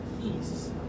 peace